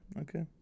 Okay